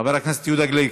חבר הכנסת יהודה גליק,